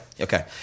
Okay